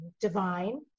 divine